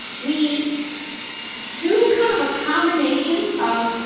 we do kind of a combination of,